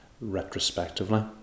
retrospectively